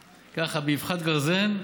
ככה, באבחת גרזן.